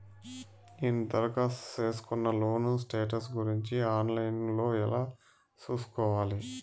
నేను దరఖాస్తు సేసుకున్న లోను స్టేటస్ గురించి ఆన్ లైను లో ఎలా సూసుకోవాలి?